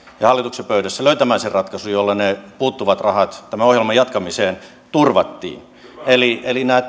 hallituksen pöydässä löytämään sen ratkaisun jolla ne puuttuvat rahat tämän ohjelman jatkamiseen turvattiin nämä